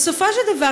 בסופו של דבר,